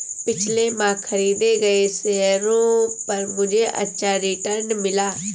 पिछले माह खरीदे गए शेयरों पर मुझे अच्छा रिटर्न मिला